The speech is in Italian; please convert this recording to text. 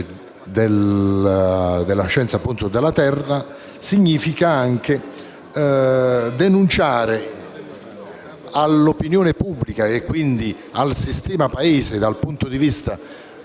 della scienza della terra, significa anche denunciare all'opinione pubblica e al sistema Paese (dal punto di vista